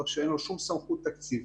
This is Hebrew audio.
רק שאין לו שום סמכות תקציבית.